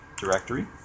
directory